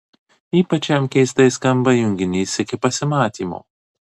ypač jam keistai skamba junginys iki pasimatymo